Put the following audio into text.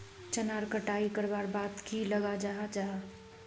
चनार कटाई करवार बाद की लगा जाहा जाहा?